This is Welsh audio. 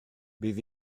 bydd